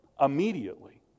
immediately